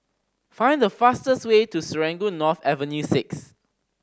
find the fastest way to Serangoon North Avenue Six